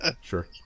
Sure